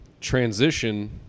Transition